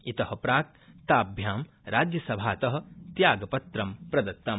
इत प्राकृ ताभ्यां राज्यसभात त्यागपत्रं प्रदत्तम्